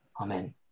Amen